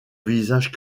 visage